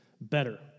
better